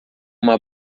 uma